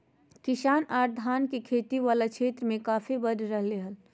किसान आर धान के खेती वला क्षेत्र मे काफी बढ़ रहल हल